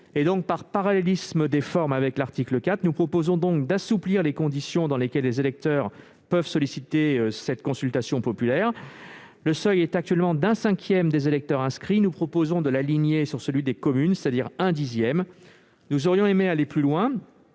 Par parallélisme des formes avec l'article 4, nous proposons donc d'assouplir les conditions dans lesquelles les électeurs peuvent solliciter l'organisation d'une consultation populaire au sein des EPCI. Le seuil est actuellement d'un cinquième des électeurs inscrits. Nous proposons de l'aligner sur celui des communes, à savoir un dixième. Nous aurions aimé aller plus loin